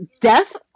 Death